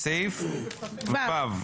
סעיף (ו),